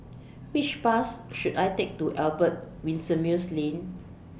Which Bus should I Take to Albert Winsemius Lane